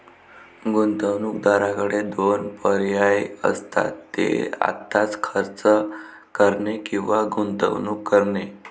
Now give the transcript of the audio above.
गुंतवणूकदाराकडे दोन पर्याय असतात, ते आत्ताच खर्च करणे किंवा गुंतवणूक करणे